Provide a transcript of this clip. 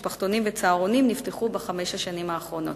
משפחתונים וצהרונים נפתחו בחמש השנים האחרונות.